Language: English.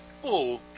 full